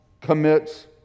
commits